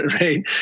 Right